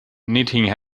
knitting